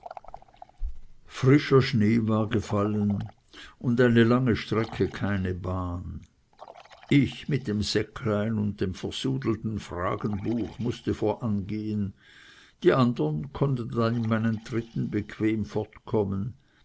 frischer schnee war gefallen und eine lange strecke keine bahn ich mit dem säcklein und dem versudelten fragenbuch mußte vorangehen die andern konnten dann in meinen tritten bequemer fortkommen